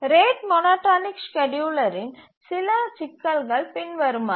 rate monotonic ஸ்கேட்யூலரின் சில சிக்கல்கள் பின்வருமாறு